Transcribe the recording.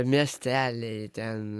miesteliai ten